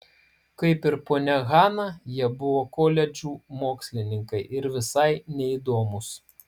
kaip ir ponia hana jie buvo koledžų mokslininkai ir visai neįdomūs